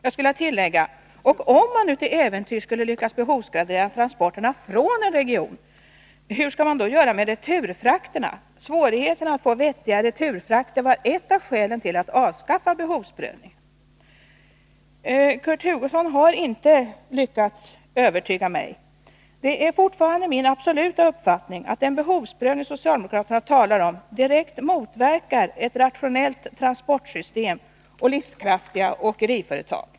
Jag skulle vilja tillägga: Om man nu till äventyrs skulle lyckas att behovsgradera transporterna från en region, hur skall man sedan göra med returfrakterna? Svårigheterna att få vettiga returfrakter var ett av skälen till att avskaffa behovsprövningen. Kurt Hugosson har inte lyckats övertyga mig. Det är fortfarande min absoluta uppfattning att den behovsprövning som socialdemokraterna talar om direkt motverkar ett rationellt transportsystem och livskraftiga åkeriföretag.